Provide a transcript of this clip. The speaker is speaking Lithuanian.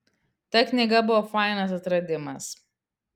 ta knyga buvo fainas atradimas